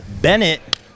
Bennett